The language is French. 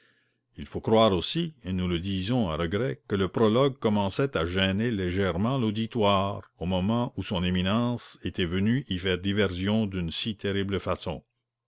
il faut croire aussi et nous le disons à regret que le prologue commençait à gêner légèrement l'auditoire au moment où son éminence était venue y faire diversion d'une si terrible façon